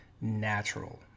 natural